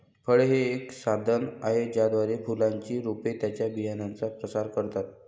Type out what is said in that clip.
फळे हे एक साधन आहे ज्याद्वारे फुलांची रोपे त्यांच्या बियांचा प्रसार करतात